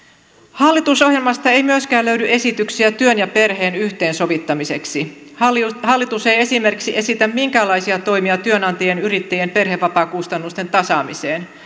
hallitusohjelmasta ei myöskään löydy esityksiä työn ja perheen yhteensovittamiseksi hallitus hallitus ei esimerkiksi esitä minkäänlaisia toimia työnantajien yrittäjien ja perhevapaakustannusten tasaamiseen